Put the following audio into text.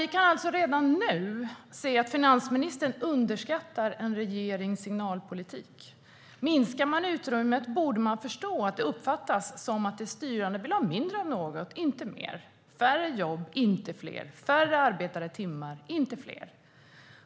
Vi kan alltså redan nu se att finansministern underskattar en regerings signalpolitik. Om utrymmet minskas borde man förstå att det uppfattas som att de styrande vill ha mindre av något, inte mer, färre jobb, inte fler, färre arbetade timmar, inte fler.